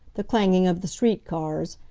the clanging of the street cars,